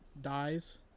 dies